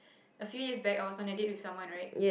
a few years back I was on a date with someone right